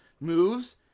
moves